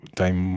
time